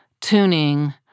tuning